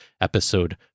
Episode